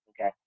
Okay